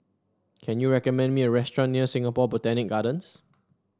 can you recommend me a restaurant near Singapore Botanic Gardens